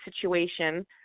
situation